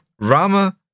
Rama